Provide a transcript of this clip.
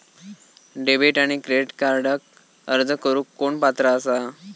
Debit आणि credit कार्डक अर्ज करुक कोण पात्र आसा?